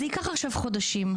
זה ייקח עכשיו חודשים.